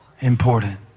Important